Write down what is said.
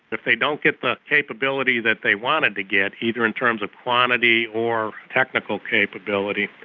if they don't get the capability that they wanted to get, either in terms of quantity or technical capability,